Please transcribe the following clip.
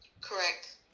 Correct